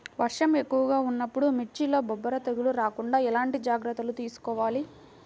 వర్షం ఎక్కువగా ఉన్నప్పుడు మిర్చిలో బొబ్బర తెగులు రాకుండా ఎలాంటి జాగ్రత్తలు తీసుకోవాలి?